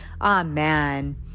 Amen